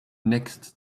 next